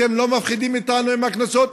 אתם לא מפחידים אותנו עם הקנסות,